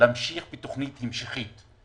להמשיך בתוכנית המשכית.